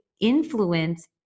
influence